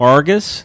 Argus